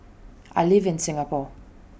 I live in Singapore